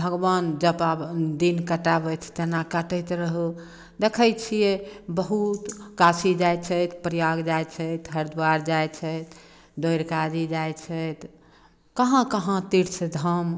भगवान जपा दिन कटाबथि तेना काटैत रहू देखै छियै बहुत काशी जाइ छथि प्रयाग जाइ छैथ हरिद्वार जाइ छथि द्वारिकाजी जाइ छथि कहाँ कहाँ तीर्थ धाम